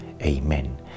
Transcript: Amen